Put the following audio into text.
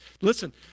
Listen